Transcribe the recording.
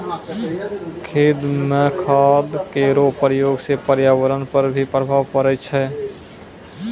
खेत म खाद केरो प्रयोग सँ पर्यावरण पर भी प्रभाव पड़ै छै